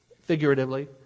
figuratively